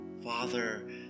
Father